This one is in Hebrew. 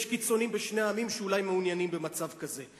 יש קיצוניים בשני העמים שאולי מעוניינים במצב כזה.